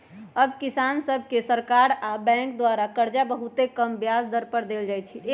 अब किसान सभके सरकार आऽ बैंकों द्वारा करजा बहुते कम ब्याज पर दे देल जाइ छइ